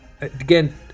again